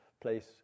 place